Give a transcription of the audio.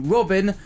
Robin